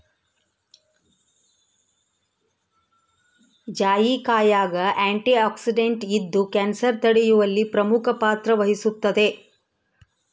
ಜಾಯಿಕಾಯಾಗ ಆಂಟಿಆಕ್ಸಿಡೆಂಟ್ ಇದ್ದು ಕ್ಯಾನ್ಸರ್ ತಡೆಯುವಲ್ಲಿ ಪ್ರಮುಖ ಪಾತ್ರ ವಹಿಸುತ್ತದೆ